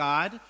God